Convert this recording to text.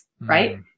right